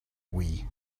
wii